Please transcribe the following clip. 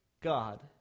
God